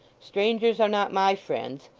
strangers are not my friends.